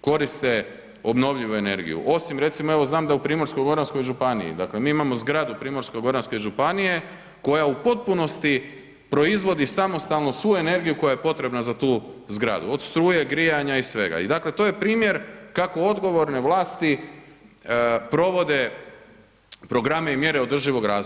koriste obnovljivu energiju, osim recimo, znam da u Primorsko-goranskoj županiji, dakle, mi imamo zgradu Primorsko-goranske županije koja u potpunosti proizvodi samostalno svu energiju koja je potrebna za tu zgradu, od struje, grijanja i svega i dakle, to je primjer kako odgovorne vlasti provode programe i mjere održivog razvoja.